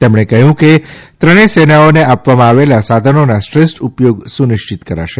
તેઓએ કહ્યું કે ત્રણેય સેવાઓને આપવામાં આવેલા સાધનોના શ્રેષ્ઠ ઉપયોગ સુનિશ્ચિત કરશે